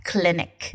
Clinic